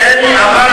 אמרתי,